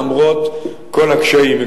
למרות כל הקשיים.